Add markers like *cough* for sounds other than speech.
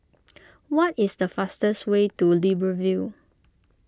*noise* what is the fastest way to Libreville